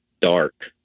dark